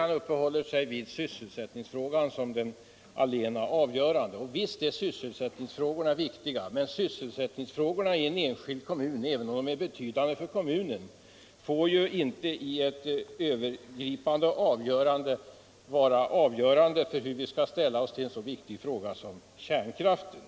Han uppehöll sig vid sysselsättningsfrågan som den allena avgörande, och visst är sysselsättningen viktig, men sysselsättningsfrågorna i en enskild kommun får inte — även om de är betydande för kommunen - i ett övergripande ställningstagande vara avgörande för hur vi skall ställa oss till en så viktig fråga som kärnkraften.